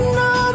no